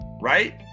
right